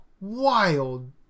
wild